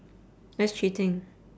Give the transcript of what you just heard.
that's cheating